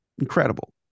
Incredible